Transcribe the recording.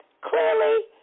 clearly